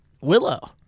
Willow